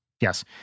Yes